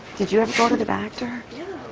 did you ever go to the doctor?